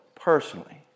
personally